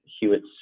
Hewitt's